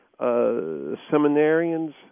Seminarians